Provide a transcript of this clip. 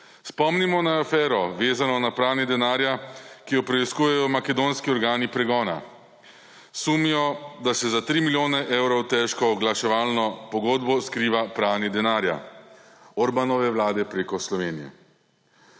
Spomnimo na afero, vezano na pranje denarja, ki jo preiskujejo makedonski organi pregona. Sumijo, da se za 3 milijone evrov težko oglaševalno pogodbo skriva pranje denarja Orbanove vlade preko Slovenije.